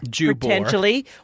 potentially